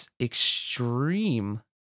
extreme